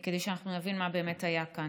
כדי שאנחנו נבין מה באמת היה כאן.